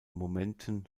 momenten